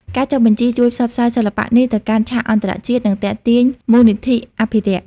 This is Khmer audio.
ការចុះបញ្ជីជួយ ផ្សព្វផ្សាយ សិល្បៈនេះទៅកាន់ឆាកអន្តរជាតិ និងទាក់ទាញមូលនិធិអភិរក្ស។